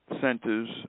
centers